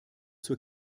zur